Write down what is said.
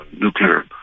nuclear